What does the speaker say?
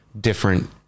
different